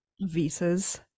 visas